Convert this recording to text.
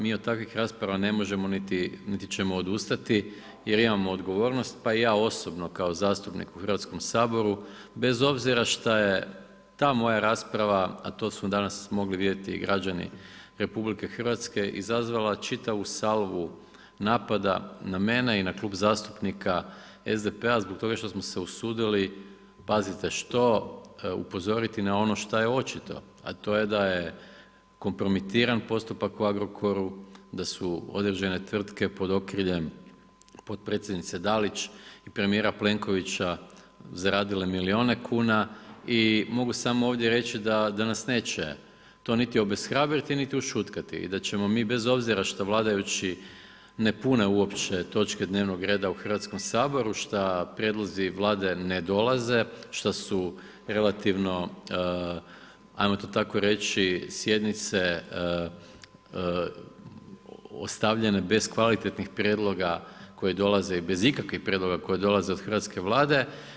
Mi od takvih rasprava ne možemo niti ćemo odustati jer imamo odgovornost, pa i ja osobno kao zastupnik u Hrvatskom saboru, bez obzira što je ta moja rasprava, a to su danas mogli vidjeti i građani RH izazvala čitavu salvu napada na mene i na Klub zastupnika SDP-a zbog toga što smo se usudili, pazite što, upozoriti na ono što je očito, a to je da je kompromitiran postupak u Agrokoru, da su određene tvrtke pod okriljem potpredsjednice Dalić i premijera Plenkovića zaradile milione kuna i mogu samo ovdje reći da nas neće to niti obeshrabriti niti ušutkati i da ćemo mi bez obzira što vladajući ne pune uopće točke dnevnog reda u Hrvatskom saboru, što prijedlozi Vlade ne dolaze, što su relativno, ajmo to tako reći, sjednice ostavljene bez kvalitetnih prijedloga koji dolaze i bez ikakvih prijedloga koji dolaze od hrvatske Vlade.